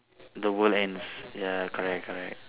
the world ends ya correct correct